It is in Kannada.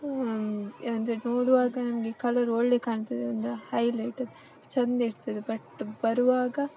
ಅಂದರೆ ನೋಡುವಾಗ ನಮಗೆ ಕಲರ್ ಒಳ್ಳೆ ಕಾಣ್ತದೆ ಒಂಥರಾ ಹೈಲೈಟ್ ಚೆಂದ ಇರ್ತದೆ ಬಟ್ ಬರುವಾಗ